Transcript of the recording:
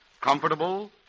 comfortable